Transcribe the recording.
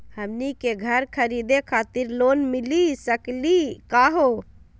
हमनी के घर खरीदै खातिर लोन मिली सकली का हो?